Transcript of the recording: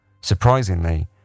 Surprisingly